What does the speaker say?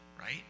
right